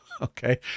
okay